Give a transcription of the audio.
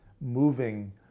moving